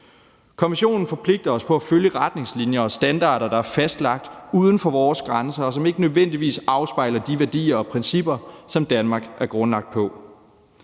Konventionen forpligter os til at følge retningslinjer og standarder, der er fastlagt uden for vores grænser, og som ikke nødvendigvis afspejler de værdier og principper, som Danmark er grundlagt på.